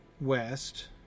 west